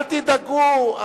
אל תדאגו.